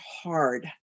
hard